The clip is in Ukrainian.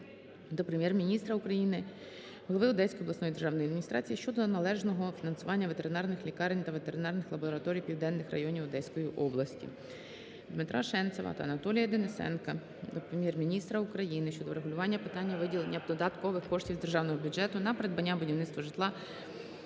Дмитра Шенцева та Анатолія Денисенка до Прем'єр-міністра України щодо врегулювання питання виділення додаткових коштів з Державного бюджету України на придбання (будівництво) житла